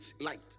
light